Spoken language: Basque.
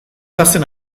bazen